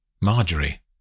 Marjorie